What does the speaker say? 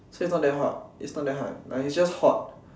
so its not that its not that hard its just hot